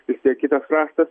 vistiek kitas kraštas